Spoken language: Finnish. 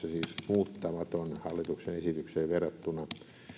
siis muuttamaton hallituksen esitykseen verrattuna